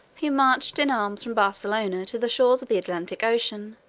he marched in arms from barcelona to the shores of the atlantic ocean,